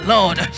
Lord